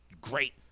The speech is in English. great